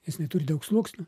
jis neturi daug sluoksnių